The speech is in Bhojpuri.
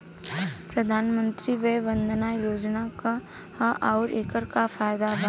प्रधानमंत्री वय वन्दना योजना का ह आउर एकर का फायदा बा?